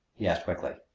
he asked quickly.